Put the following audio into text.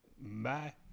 Bye